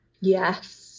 Yes